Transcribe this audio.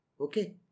Okay